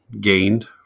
gained